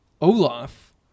Olaf